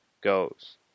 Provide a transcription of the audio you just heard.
goes